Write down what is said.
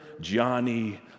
Johnny